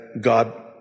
God